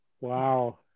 Wow